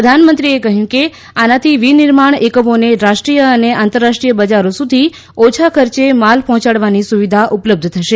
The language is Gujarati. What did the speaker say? પ્રધાનમંત્રીએ કહ્યું કે આનાથી વિનિર્માણ એકમોને રાષ્ટ્રીય અને આંતરરાષ્ટ્રીય બજારો સુધી ઓછા ખર્ચે માલ પહોંચાડવાની સુવિધા ઉપલબ્ધ થશે